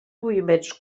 moviments